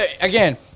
again